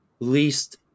least